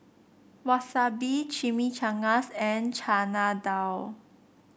Wasabi Chimichangas and Chana Dal